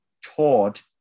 taught